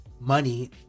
money